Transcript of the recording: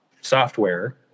software